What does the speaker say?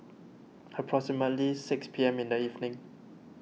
approximately six P M in the evening